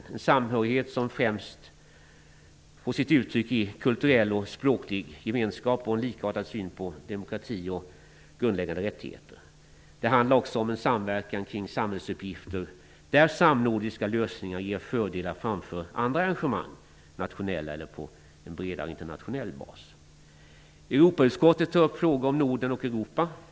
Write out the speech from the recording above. Det är en samhörighet som främst får sitt uttryck i kulturell och språklig gemenskap och i en likartad syn på demokrati och grundläggande rättigheter. Det handlar också om en samverkan kring samhällsuppgifter där samnordiska lösningar ger fördelar framför andra arrangemang, nationella eller på en bredare internationell bas. Europautskottet tar upp frågor om Norden och Europa.